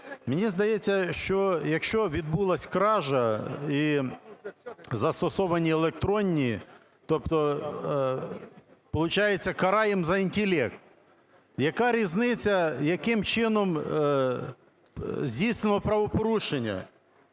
Мені здається, що якщо відбулася кража і застосовані електронні, тобто получається караємо за інтелект. Яка різниця, яким чином здійснював правопорушення.